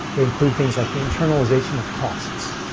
they include things like the internalization of costs,